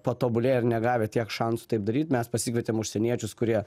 patobulėję ir negavę tiek šansų taip daryt mes pasikvietėm užsieniečius kurie